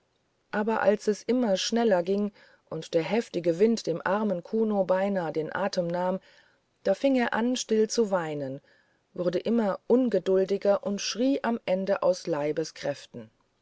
reiten als es aber immer schneller ging und der heftige wind dem armen kuno beinahe den atem nahm da fing er an still zu weinen wurde immer ungeduldiger und schrie am ende aus leibeskräften